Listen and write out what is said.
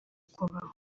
kubaho